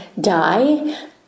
die